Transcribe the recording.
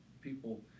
people